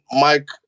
Mike